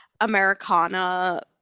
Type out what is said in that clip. Americana